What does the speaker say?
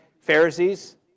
Pharisees